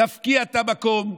תפקיע את המקום,